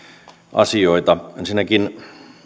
asioita ensinnäkin